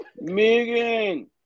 Megan